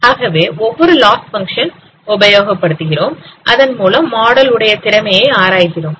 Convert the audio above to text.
ஆகவே ஒரு loss function உபயோகப்படுத்துகிறோம் அதன்மூலம் மாடல் உடைய திறமையை ஆராய்கிறோம்